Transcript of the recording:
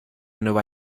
nueva